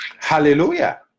hallelujah